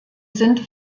sind